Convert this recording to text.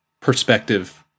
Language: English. perspective